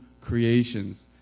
creations